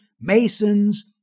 masons